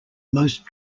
most